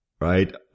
right